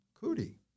Cootie